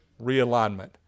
realignment